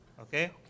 Okay